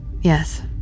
Yes